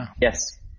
Yes